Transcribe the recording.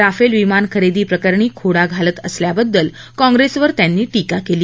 Rafale विमान खरेदी प्रकरणी खोडा घालत असल्याबद्दल काँप्रेसवर त्यांनी यावेळी टीका केली